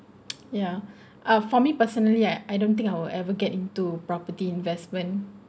yeah uh for me personally I I don't think I'll ever get into property investment